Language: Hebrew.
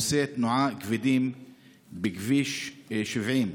יום-יומי בעומסי תנועה כבדים בכביש 70,